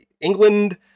England